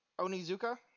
Onizuka